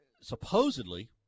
supposedly